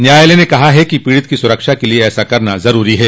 न्यायालय ने कहा है कि पीड़ित की सुरक्षा के लिए ऐसा करना जरूरी है